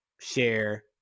share